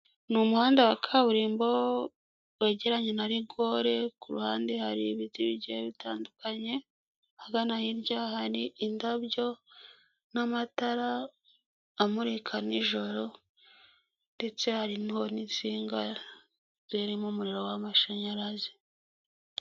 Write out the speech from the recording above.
Ni umuhanda wa kaburimbo wegeranye na rigore, ku ruhande hari ibiti bigiye bitandukanye, ahagana hirya hari indabyo n'amatara amurika nijoro, ndetse harimo n'insinga zirimo umuriro w'amashanyarazi.